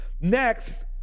Next